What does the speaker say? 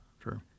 True